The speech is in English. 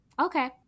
Okay